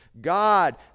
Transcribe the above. God